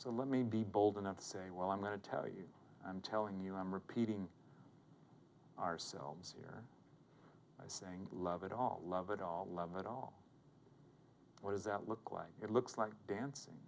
so let me be bold enough to say well i'm going to tell you i'm telling you i'm repeating ourselves here by saying love it all love it all love it all what does that look like it looks like dancing